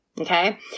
Okay